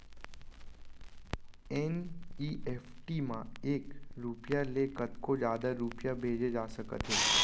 NEFT म एक रूपिया ले कतको जादा रूपिया भेजे जा सकत हे